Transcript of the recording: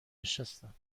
نشستم